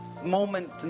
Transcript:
moment